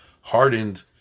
hardened